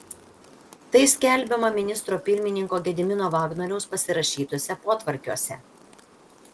tai skelbiama ministro pirmininko gedimino vagnoriaus pasirašytuose potvarkiuose